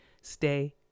Stay